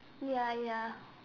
ya ya